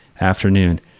afternoon